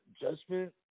Judgment